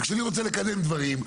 וכשאני רוצה לקדם דברים,